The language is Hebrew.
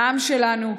לעם שלנו.